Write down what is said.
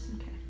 okay